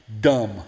dumb